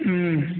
ம்